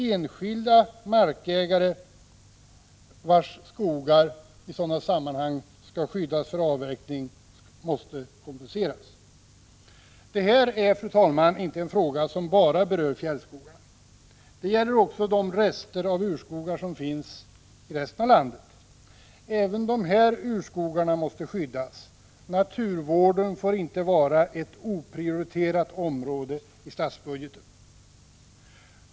Enskilda markägare, vilkas skogar i sådana sammanhang skyddas för avverkning, måste därvid kompenseras. Detta är, fru talman, inte en fråga som bara berör fjällskogarna. Detta gäller också de rester av urskogar som finns i resten av landet. Även dessa urskogar måste skyddas. Naturvården får inte vara ett oprioriterat område i statsbudgeten.